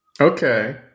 Okay